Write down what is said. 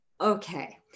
okay